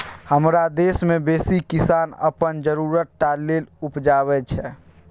हमरा देश मे बेसी किसान अपन जरुरत टा लेल उपजाबै छै